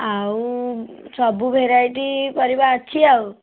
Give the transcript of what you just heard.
ଆଉ ସବୁ ଭେରାଇଟି ପରିବା ଅଛି ଆଉ